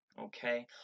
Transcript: okay